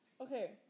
Okay